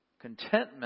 Contentment